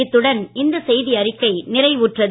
இத்துடன் இந்த செய்திஅறிக்கை நிறைவுபெறுகிறது